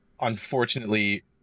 Unfortunately